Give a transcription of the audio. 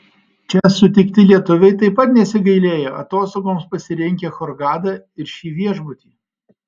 čia sutikti lietuviai taip pat nesigailėjo atostogoms pasirinkę hurgadą ir šį viešbutį